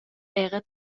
era